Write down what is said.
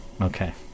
okay